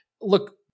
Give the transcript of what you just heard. look